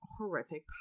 horrific